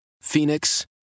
Phoenix